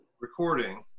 recording